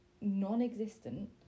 non-existent